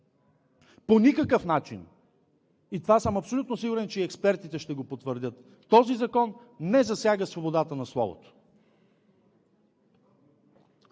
По никакъв начин – в това съм абсолютно сигурен, експертите ще го потвърдят, този закон не засяга свободата на словото.